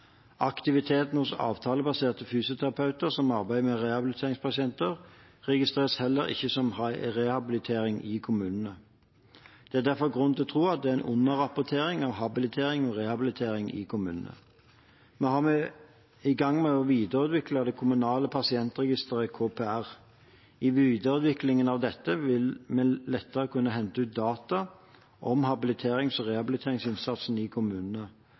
Aktiviteten hos avtalebaserte fysioterapeuter som arbeider med rehabiliteringspasienter, registreres heller ikke som rehabilitering i kommunene. Det er derfor grunn til å tro at det er en underrapportering av habilitering og rehabilitering i kommunene. Vi er i gang med å videreutvikle det kommunale pasientregisteret KPR. I videreutviklingen av dette vil vi lettere kunne hente ut data om habiliterings- og rehabiliteringsinnsatsen i kommunene.